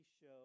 show